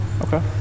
Okay